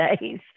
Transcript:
days